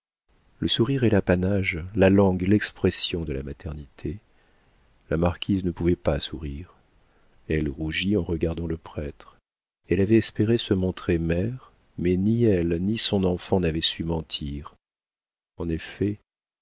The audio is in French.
le sourire est l'apanage la langue l'expression de la maternité la marquise ne pouvait pas sourire elle rougit en regardant le prêtre elle avait espéré se montrer mère mais ni elle ni son enfant n'avaient su mentir en effet